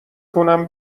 کنم